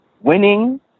winning